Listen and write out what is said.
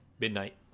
Midnight